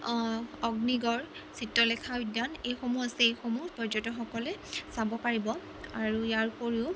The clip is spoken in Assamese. অগ্নিগড় চিত্ৰলেখা উদ্যান এইসমূহ আছে এইসমূহ পৰ্যটকসকলে চাব পাৰিব আৰু ইয়াৰ উপৰিও